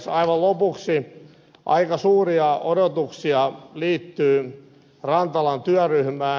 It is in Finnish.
aivan lopuksi aika suuria odotuksia liittyy rantalan työryhmään